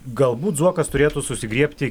galbūt zuokas turėtų susigriebti